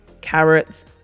carrots